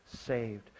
saved